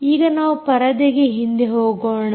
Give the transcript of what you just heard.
ಈಗ ನಾವು ಪರದೆಗೆ ಹಿಂದೆ ಹೋಗೋಣ